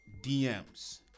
DMs